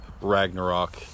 Ragnarok